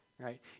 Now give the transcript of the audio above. right